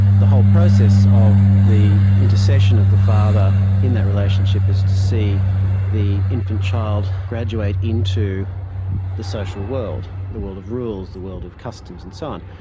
the whole process of the intercession of the father in that relationship is to see the infant child graduate into the social world, the world of rules, the world of customs and so on.